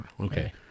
Okay